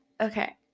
Okay